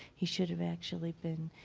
he should have actually been